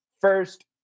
first